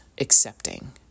accepting